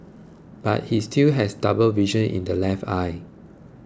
but he still has double vision in the left eye